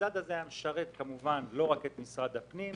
והמדד הזה היה משרת לא רק את משרד הפנים,